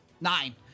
Nine